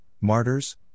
martyrs